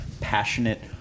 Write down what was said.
passionate